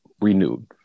renewed